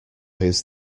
his